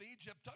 Egypt